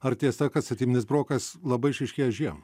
ar tiesa kad statybinis brokas labai išryškėja žiemą